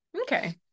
Okay